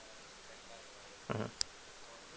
mmhmm